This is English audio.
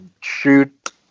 shoot